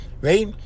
Right